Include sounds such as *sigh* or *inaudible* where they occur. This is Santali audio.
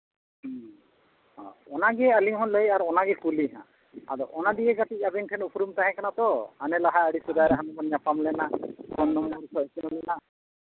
ᱦᱮᱸ ᱦᱳᱭ ᱚᱱᱟᱜᱮ ᱟᱹᱞᱤᱧ ᱦᱚᱸ ᱞᱟᱹᱭ ᱟᱨ ᱚᱱᱟᱜᱮ ᱠᱩᱞᱤ ᱦᱟᱸᱜ ᱟᱫᱚ ᱚᱱᱟ ᱫᱤᱭᱮ ᱠᱟᱹᱴᱤᱡ ᱟᱵᱮᱱ ᱴᱷᱮᱱ ᱩᱯᱨᱩᱢ ᱛᱟᱦᱮᱸ ᱠᱟᱱᱟ ᱛᱚ ᱦᱟᱱᱮ ᱞᱟᱦᱟ ᱟᱹᱰᱤ ᱥᱮᱫᱟᱭ ᱨᱮ ᱦᱟᱸᱜ ᱵᱚᱱ ᱧᱟᱯᱟᱢ ᱞᱮᱱᱟ ᱯᱷᱳᱱ ᱱᱟᱢᱵᱟᱨ *unintelligible*